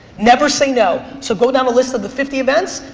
never say no. so go down the list of the fifty events,